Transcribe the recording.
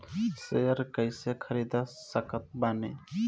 Share कइसे खरीद सकत बानी?